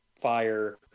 fire